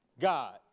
God